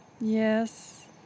Yes